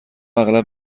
اغلب